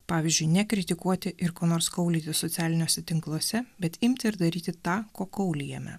pavyzdžiui nekritikuoti ir ko nors kaulyti socialiniuose tinkluose bet imti ir daryti tą ko kaulijame